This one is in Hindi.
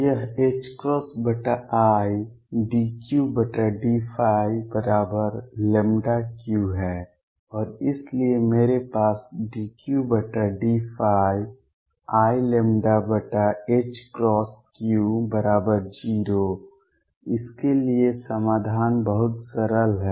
यह idQdϕλ Q है और इसलिए मेरे पास dQdϕ iλQ0 इसके लिए समाधान बहुत सरल है